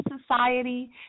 society